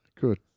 Good